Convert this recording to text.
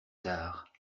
tard